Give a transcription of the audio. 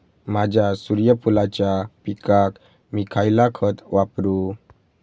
माझ्या सूर्यफुलाच्या पिकाक मी खयला खत वापरू?